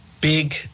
big